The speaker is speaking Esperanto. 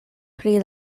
pri